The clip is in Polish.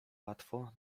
łatwo